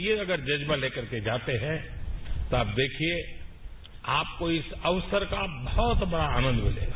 ये अगर जज्बार ले करके जाते हैं तो आप देखिए आपको इस अवसर का बहुत बड़ा आनंद मिलेगा